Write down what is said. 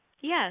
Yes